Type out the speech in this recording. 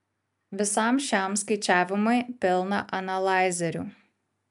visam šiam skaičiavimui pilna analaizerių